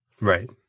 Right